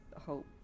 hope